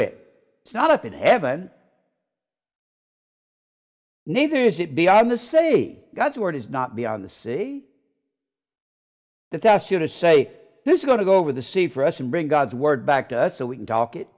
it it's not up in heaven neither is it beyond the say god's word is not be on the city that asked you to say this is going to go over the sea for us and bring god's word back to us so we can talk it